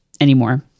anymore